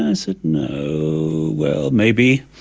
i so no, well, maybe.